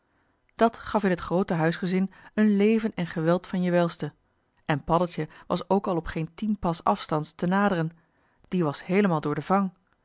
dat gaf in het groote huisgezin een leven en geweld van je welste en paddeltje was ook al op geen tien pas afstands te naderen die was heelemaal door den vang